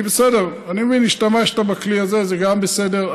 אני מבין, השתמשת בכלי הזה, זה גם בסדר.